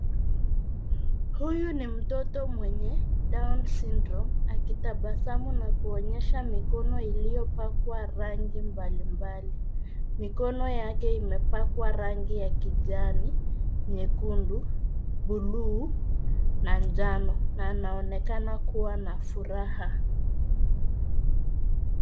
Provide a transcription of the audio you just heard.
Huyu ni mtoto mwenye Down Syndrome akitabasamu na kuonyesha mikono iliyopakwa rangi mbalimbali. Mikono yake imepakwa rangi ya kijani, nyekundu, buluu na njano na anaonekana kuwa na furaha.